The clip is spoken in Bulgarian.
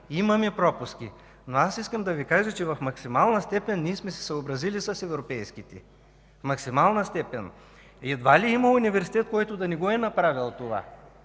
имаме пропуски, но аз искам да Ви кажа, че в максимална степен ние сме се съобразили с европейските. В максимална степен! Едва ли има университет, който да не го е направил това,